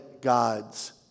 God's